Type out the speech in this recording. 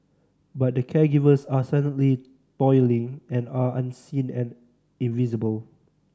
but the caregivers are silently toiling and are unseen and invisible